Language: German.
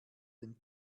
den